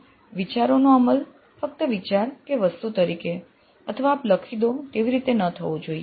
વિચારોનો અમલ ફક્ત વિચાર કે વસ્તુ તરીકે અથવા આપ લખી દો તેવી રીતે ન થવો જોઈએ